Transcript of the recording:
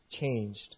changed